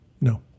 No